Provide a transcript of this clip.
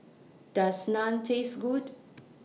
Does Naan Taste Good